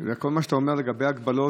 כל מה שאתה אומר לגבי הגבלות,